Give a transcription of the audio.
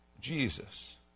Jesus